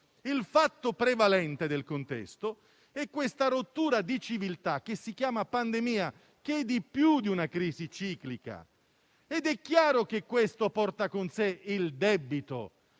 Il fatto prevalente del contesto è questa rottura di civiltà che si chiama pandemia, che è più di una crisi ciclica, ed è chiaro che questo porta con sé il debito,